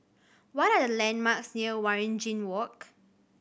what are the landmarks near Waringin Walk